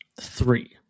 Three